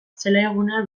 zelaigunea